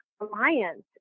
alliance